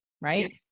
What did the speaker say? right